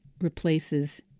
replaces